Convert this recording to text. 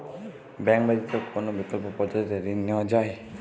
Bank ব্যতিত কোন বিকল্প পদ্ধতিতে ঋণ নেওয়া যায়?